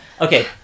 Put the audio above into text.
okay